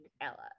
Ella